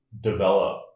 develop